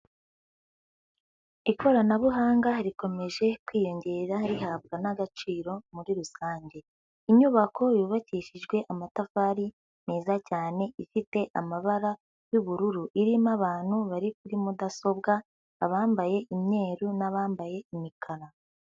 Ikoranabuhanga rikomeje kwiyongera rihabwa n'agaciro muri rusange, inyubako yubakishijwe amatafari meza cyane ifite amabara y'ubururu, irimo abantu bari kuri mudasobwa, abambaye imyeru, n'abambaye imikara.